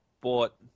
bought